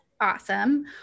awesome